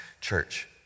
Church